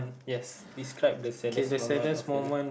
yes describe the saddest moment of your life